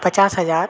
पचास हज़ार